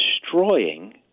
destroying